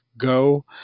go